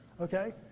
Okay